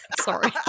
Sorry